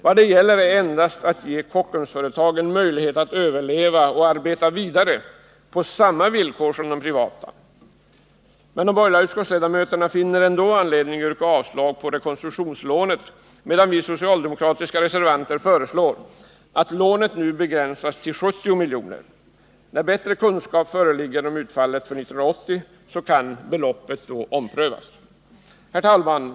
Vad det gäller är endast att ge Kockumsföretagen möjlighet att överleva och att arbeta vidare på samma villkor som de privata företagen. Men de borgerliga utskottsledamöterna finner ändå anledning att yrka avslag på rekonstruktionslånet. Vi socialdemokratiska reservanter föreslår däremot att lånet nu begränsas till 70 miljoner. När bättre kunskap föreligger om utfallet för 1980 kan beloppet omprövas. Herr talman!